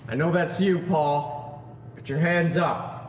and know that's you, paul. put your hands up.